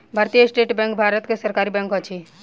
भारतीय state bank Bharat के सरकारी बैंक अछि